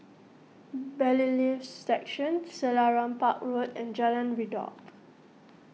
Bailiffs' Section Selarang Park Road and Jalan Redop